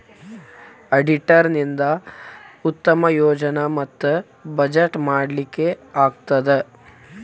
auditor ನಿಂದಾ ಉತ್ತಮ ಯೋಜನೆ ಮತ್ತ ಬಜೆಟ್ ಮಾಡ್ಲಿಕ್ಕೆ ಆಗ್ತದ